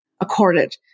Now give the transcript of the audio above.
accorded